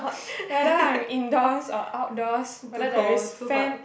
whether I am indoors or outdoors whether there is fan